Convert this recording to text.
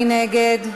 מי נגד?